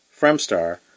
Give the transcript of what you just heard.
Fremstar